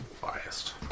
biased